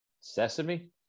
Sesame